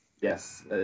Yes